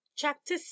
Chapter